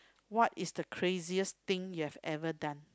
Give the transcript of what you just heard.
what is the craziest thing you have ever done